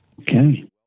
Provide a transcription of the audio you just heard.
Okay